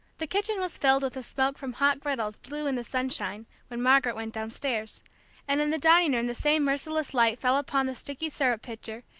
the kitchen was filled with the smoke from hot griddles blue in the sunshine, when margaret went downstairs and in the dining-room the same merciless light fell upon the sticky syrup pitcher,